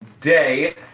day